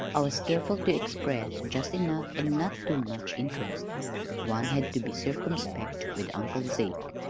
i was careful to express just enough, and not too much, interest one had to be circumspect with uncle zeke.